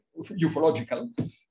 ufological